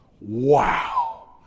Wow